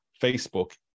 Facebook